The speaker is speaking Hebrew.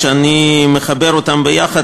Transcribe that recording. כשאני מחבר אותן יחד,